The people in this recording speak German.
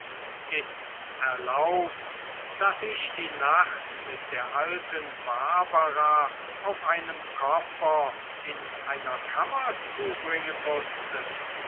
ist's erlaubt daß ich die nacht mit der alten barbara auf einem koffer in einer kammer zubringen mußte